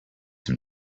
some